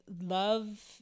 love